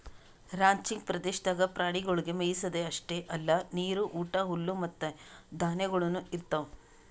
ranching ಪ್ರದೇಶದಾಗ್ ಪ್ರಾಣಿಗೊಳಿಗ್ ಮೆಯಿಸದ್ ಅಷ್ಟೆ ಅಲ್ಲಾ ನೀರು, ಊಟ, ಹುಲ್ಲು ಮತ್ತ ಧಾನ್ಯಗೊಳನು ಇರ್ತಾವ್